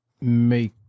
make